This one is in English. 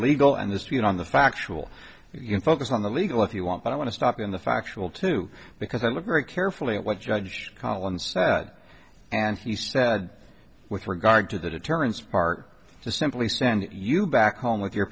legal and the street on the factual you can focus on the legal if you want but i want to stop in the factual too because i look very carefully at what judge collins said and he said with regard to the deterrence part to simply send you back home with your